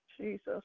Jesus